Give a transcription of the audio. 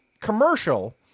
commercial